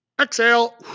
Exhale